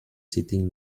sitting